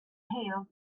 hailed